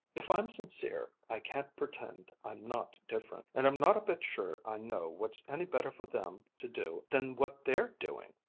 if i'm sincere i can't pretend i'm not different. and i'm not a bit sure i know what's any better for them to do than what they're doing!